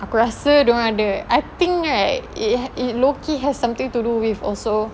aku rasa dorang ada I think right it it low-key has something to do with also